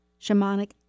Shamanic